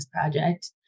Project